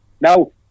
Now